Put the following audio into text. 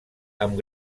amb